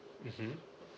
mmhmm